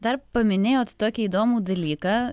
dar paminėjot tokį įdomų dalyką